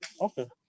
Okay